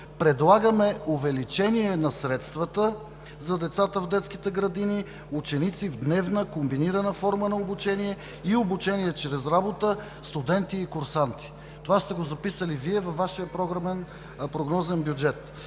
предлагаме увеличение на средствата за децата в детските градини, ученици в дневна, комбинирана форма на обучение и обучение чрез работа, студенти и курсанти“. Това сте записали във Вашия прогнозен бюджет!